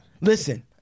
Listen